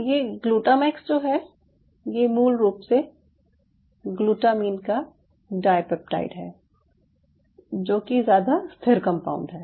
ये ग्लूटामैक्स जो है ये मूलरूप से ग्लूटामीन का डाईपेप्टाइड है जो कि ज़्यादा स्थिर कम्पाउंड है